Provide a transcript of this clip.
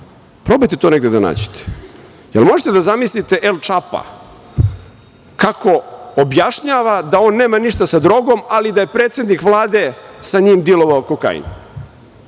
Probajte to negde da nađete. Da li možete da zamislite El Čapa kako objašnjava da on nema ništa sa drogom, ali da je predsednik Vlade sa njim dilovao kokain?